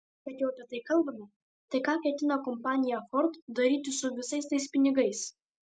kad jau apie tai kalbame tai ką ketina kompanija ford daryti su visais tais pinigais